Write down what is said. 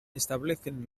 establecen